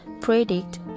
predict